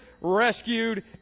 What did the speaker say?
rescued